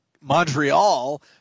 Montreal